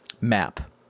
map